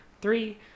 three